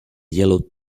yellow